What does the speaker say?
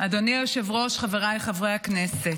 אדוני היושב-ראש, חבריי חברי הכנסת,